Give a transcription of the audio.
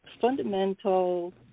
fundamental